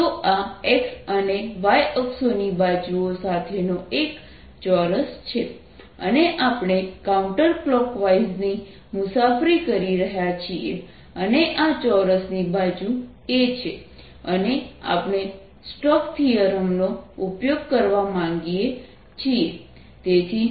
તો આ x અને y અક્ષોની બાજુઓ સાથેનો એક ચોરસ છે અને આપણે કાઉન્ટર ક્લોકવાઇઝની મુસાફરી કરી રહ્યા છીએ અને આ ચોરસની બાજુ a છે અને આપણે સ્ટોક થીયરમનો Stokes' theorem ઉપયોગ કરવા માગીએ છીએ